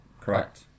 correct